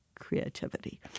creativity